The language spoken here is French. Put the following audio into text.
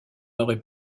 aurait